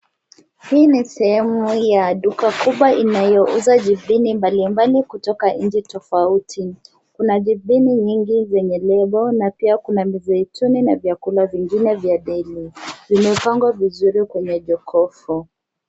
Hii ni sehemu ya duka kubwa inayouza bidhini mbalimbali kutoka nchi tofauti. Kuna bidhini nyingi zenye lebo na pia kuna mzaituni na vyakula vingine vya bei. vimepangwa vizuri kwenye jokofu.